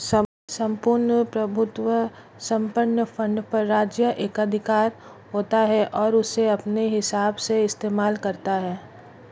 सम्पूर्ण प्रभुत्व संपन्न फंड पर राज्य एकाधिकार होता है और उसे अपने हिसाब से इस्तेमाल करता है